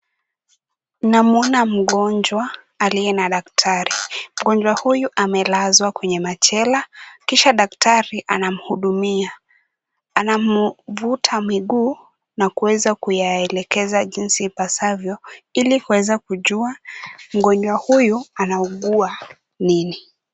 Namuona mgonjwa aliye na daktari. Mgonjwa huyu amelazwa kwenye machela, kisha daktari anamhudumia. Anamvuta miguu na kuweza kuyaelekeza jinsi ipasavyo, ili kuweza kujua mgonjwa huyu anaugua nini.